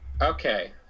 Okay